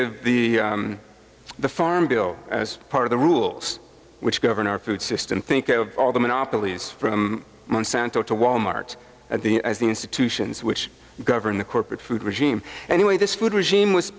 of the the farm bill as part of the rules which govern our food system think of all the monopolies from monsanto to walmart at the the institutions which govern the corporate food regime and the way this food regime was